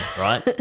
right